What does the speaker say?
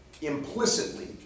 implicitly